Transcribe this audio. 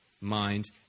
mind